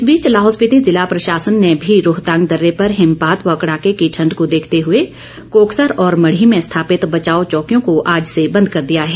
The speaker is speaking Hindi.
इस बीच लाहौल स्पिति जिला प्रशासन ने भी रोहतांग दर्रे पर हिमपात व कड़ाके की ठण्ड को देखते हुए कोकसर और मढ़ी में स्थापित बचाव चौकियों को आज से बंद कर दिया है